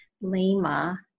Lima